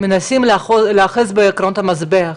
מנסים להיאחז בעקרונות המזבח,